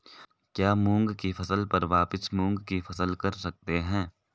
क्या मूंग की फसल पर वापिस मूंग की फसल कर सकते हैं?